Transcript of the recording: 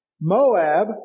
Moab